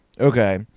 okay